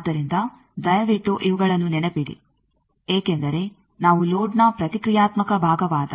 ಆದ್ದರಿಂದ ದಯವಿಟ್ಟು ಇವುಗಳನ್ನು ನೆನಪಿಡಿ ಏಕೆಂದರೆ ನಾವು ಲೋಡ್ನ ಪ್ರತಿಕ್ರಿಯಾತ್ಮಕ ಭಾಗವಾದ